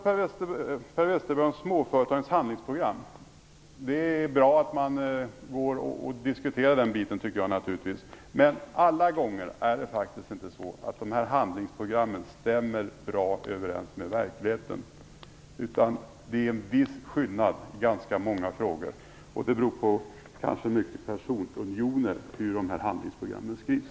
Per Westerberg talade om småföretagens handlingsprogram. Det är bra att man diskuterar den biten. Men alla gånger stämmer inte handlingsprogrammen bra överens med verkligheten. Det är en viss skillnad när det gäller ganska många frågor, och det beror på hur dessa handlingsprogram skrivs.